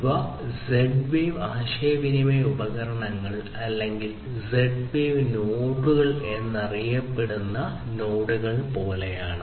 ഇവ Z wave ആശയവിനിമയ ഉപകരണങ്ങൾ അല്ലെങ്കിൽ Z വേവ് നോഡുകൾ എന്നറിയപ്പെടുന്ന Z വേവ് നോഡുകൾ പോലെയാണ്